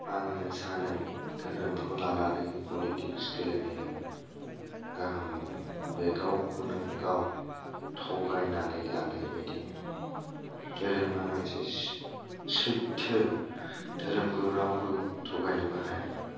आंङो सानो धोरोमखौ लानानै पलिटिक्स गेलेनाया गाहाम नंआ बे गावखौनोगाव थगायनानै लानाय बायदि मोनो धोरोमा मोनसे सैथो धोरोमखौ रावबो थगायनोबो हाया